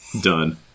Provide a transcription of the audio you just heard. done